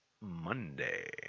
monday